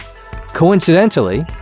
Coincidentally